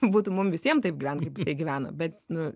būtų mum visiems taip gyvent kaip jisai gyvena bet nu